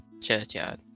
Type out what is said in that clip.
churchyard